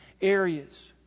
areas